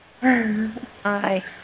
Hi